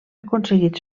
aconseguit